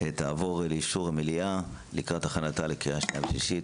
תעבור לאישור המליאה לקראת הכנתה לקריאה שנייה ושלישית.